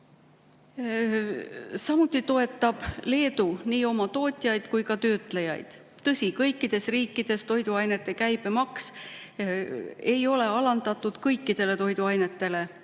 Samuti toetab Leedu nii oma tootjaid kui ka töötlejaid. Tõsi, kõikides riikides ei ole käibemaks alandatud kõikidel toiduainetel,